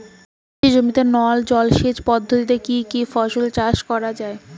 কৃষি জমিতে নল জলসেচ পদ্ধতিতে কী কী ফসল চাষ করা য়ায়?